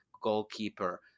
goalkeeper